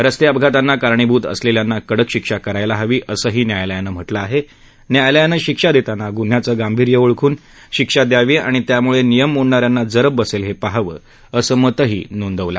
रस्तअपघातांना कारणीभूत असलेत्त्वींना कडक शिक्षा करायला हवी असंही न्यायालयानं म्हटलं आहाउयायालयांनी शिक्षा दक्षिमा गुन्ह्याचं गांभीर्य ओळखून शिक्षा द्यावी आणि त्यामुळक्षियम मोडणाऱ्यांना जरब बसद्याहक्रिहावं असं मतही न्यायालयानं नोंदवलं